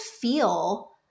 feel